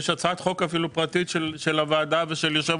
יש הצעת חוק אפילו פרטית של הוועדה ושל יושב